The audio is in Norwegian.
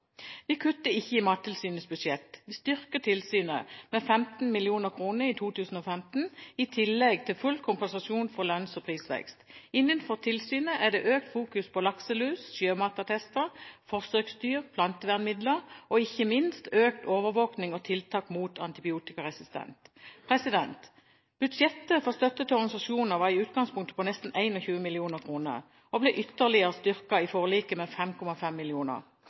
Vi kutter ikke i Mattilsynets budsjett: Vi styrker tilsynet med 15 mill. kr i 2015, i tillegg til full kompensasjon for lønns- og prisvekst. Innenfor tilsynet er fokuseringen økt på lakselus, sjømatattester, forsøksdyr og plantevernmidler og ikke minst på overvåkning av og tiltak mot antibiotikaresistens. Budsjettet for støtte til organisasjoner var i utgangspunktet på nesten 21 mill. kr og ble ytterligerligere styrket i forliket, med 5,5